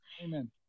Amen